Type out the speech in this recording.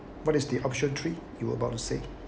what is the option three you about to say